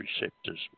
receptors